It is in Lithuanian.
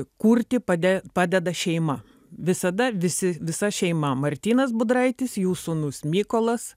kurti pade padeda šeima visada visi visa šeima martynas budraitis jų sūnus mykolas